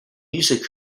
music